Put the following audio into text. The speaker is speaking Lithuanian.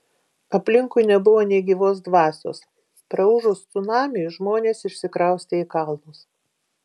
aplinkui nebuvo nė gyvos dvasios praūžus cunamiui žmonės išsikraustė į kalnus